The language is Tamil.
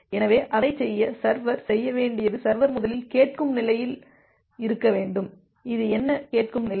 எனவே அதைச் செய்ய சர்வர் செய்ய வேண்டியது சர்வர் முதலில் கேட்கும் நிலையில் இருக்க வேண்டும் இது என்ன கேட்கும் நிலை